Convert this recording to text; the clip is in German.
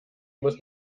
muss